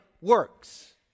works